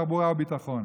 תחבורה וביטחון.